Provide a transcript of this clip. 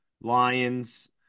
Lions